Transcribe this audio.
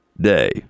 Day